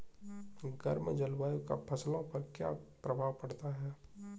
गर्म जलवायु का फसलों पर क्या प्रभाव पड़ता है?